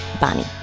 Bonnie